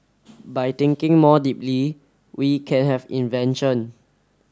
by thinking more deeply we can have invention